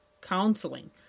counseling